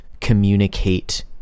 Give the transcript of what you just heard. communicate